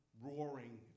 roaring